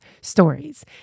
stories